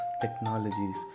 technologies